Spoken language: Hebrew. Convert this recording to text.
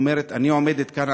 היא אומרת: אני עומדת כאן,